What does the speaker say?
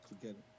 together